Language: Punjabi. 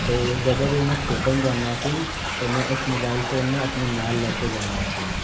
ਅਤੇ ਜਦੋਂ ਵੀ ਮੈਂ ਖੇਡਣ ਜਾਂਦਾ ਸੀ ਤਾਂ ਮੈਂ ਇਸ ਮੋਬਾਈਲ ਫੋਨ ਨੂੰ ਆਪਣੇ ਨਾਲ ਲੈ ਕੇ ਜਾਂਦਾ ਸੀ